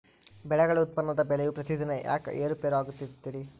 ಬೆಳೆಗಳ ಉತ್ಪನ್ನದ ಬೆಲೆಯು ಪ್ರತಿದಿನ ಯಾಕ ಏರು ಪೇರು ಆಗುತ್ತೈತರೇ?